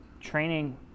training